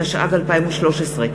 התשע"ג 2013,